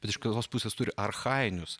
bet iš kitos pusės turi archajinius